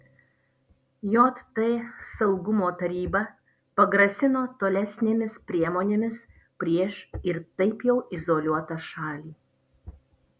jt saugumo taryba pagrasino tolesnėmis priemonėmis prieš ir taip jau izoliuotą šalį